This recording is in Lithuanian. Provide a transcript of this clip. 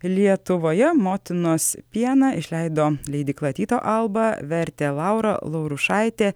lietuvoje motinos pieną išleido leidykla tyto alba vertė laura laurušaitė